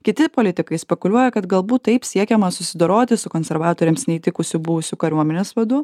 kiti politikai spekuliuoja kad galbūt taip siekiama susidoroti su konservatoriams neįtikusiu buvusiu kariuomenės vadu